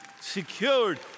secured